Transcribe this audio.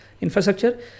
infrastructure